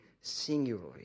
singularly